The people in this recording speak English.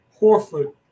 Horford